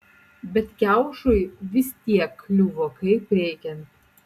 bet kiaušui vis tiek kliuvo kaip reikiant